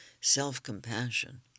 self-compassion